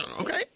Okay